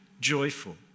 joyful